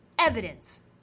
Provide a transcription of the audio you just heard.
evidence